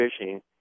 fishing